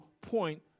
point